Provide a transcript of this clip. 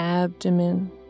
Abdomen